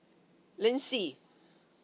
lindsay